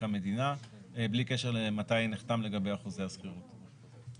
מדינה בלי קשר למי נחתם לגביה חוזה החכירה.